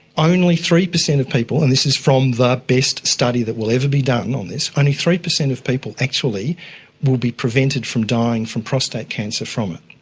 only three percent of people, and this is from the best study that will ever be done on this, only three percent of people actually will be prevented from dying from prostate cancer from it.